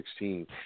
2016